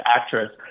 actress